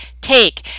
take